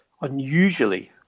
unusually